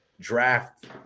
draft